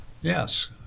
Yes